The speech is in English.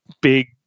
big